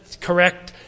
correct